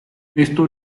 esto